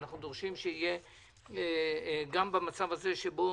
אנחנו דורשים שגם במצב הזה שבו